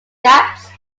gaps